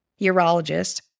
urologist